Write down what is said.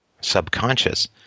subconscious